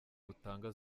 butanga